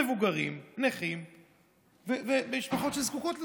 מבוגרים, נכים ומשפחות שזקוקות לזה.